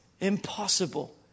impossible